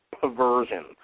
perversion